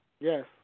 Yes